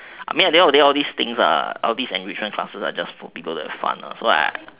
I mean at the end of the day all these things all these enrichment classes are for people to have fun ah so I